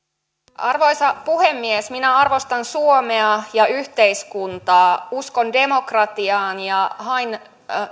arvoisa puhemies minä arvostan suomea ja yhteiskuntaa uskon demokratiaan ja hain